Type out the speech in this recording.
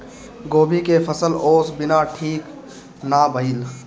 गोभी के फसल ओस बिना ठीक ना भइल